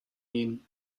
mean